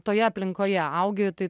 toje aplinkoje augitai